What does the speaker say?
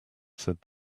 said